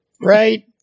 Right